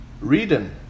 Reading